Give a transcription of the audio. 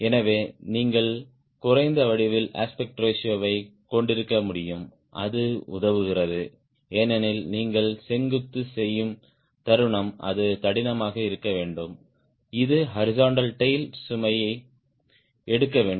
எனவே நீங்கள் குறைந்த வடிவியல் அஸ்பெக்ட் ரேஷியோ வை கொண்டிருக்க முடியும் அது உதவுகிறது ஏனெனில் நீங்கள் செங்குத்து செய்யும் தருணம் அது தடிமனாக இருக்க வேண்டும் இது ஹாரிஸ்ன்ட்டல் டேய்ல் சுமை எடுக்க வேண்டும்